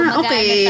okay